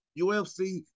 UFC